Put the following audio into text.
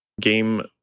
game